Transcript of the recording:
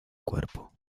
cuerpo